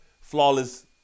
flawless